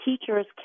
teachers